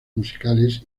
musicales